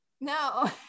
no